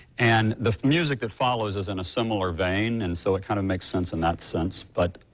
and the music that follows is in a similar vein and so it kind of makes sense in that sense. but,